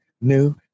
new